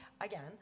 again